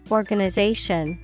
organization